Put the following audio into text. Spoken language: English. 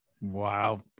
Wow